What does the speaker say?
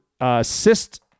assist